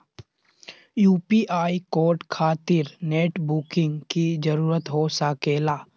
UPI code खातिर net banking की जरूरत हो सके ला?